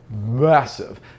massive